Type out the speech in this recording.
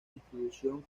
distribución